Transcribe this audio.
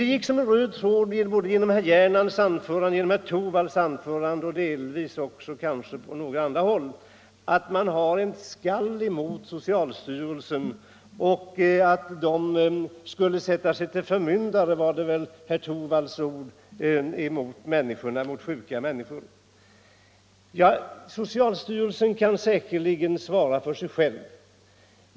Det gick som en röd tråd genom både herr Gernandts och herr Torwalds anföranden, och delvis kanske några andra inlägg, att socialstyrelsen skulle sätta sig till förmyndare — det var väl herr Torwalds ord — över sjuka människor. Socialstyrelsen kan säkerligen svara för sig själv.